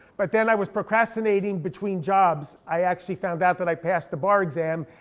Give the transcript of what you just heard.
but then i was procrastinating between jobs. i actually found out that i passed the bar exam.